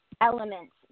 elements